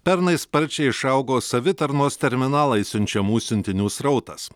pernai sparčiai išaugo savitarnos terminalais siunčiamų siuntinių srautas